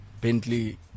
Bentley